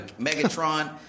Megatron